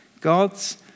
God's